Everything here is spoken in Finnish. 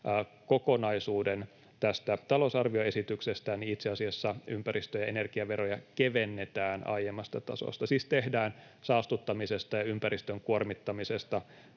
kokonaisuuden tästä talousar-vioesityksestä, itse asiassa ympäristö‑ ja energiaveroja kevennetään aiemmasta tasosta — siis tehdään saastuttamisesta ja ympäristön kuormittamisesta